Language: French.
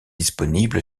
disponible